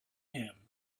him